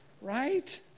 right